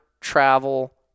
travel